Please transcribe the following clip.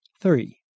three